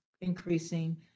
increasing